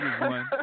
one